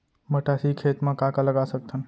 मटासी खेत म का का लगा सकथन?